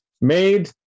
made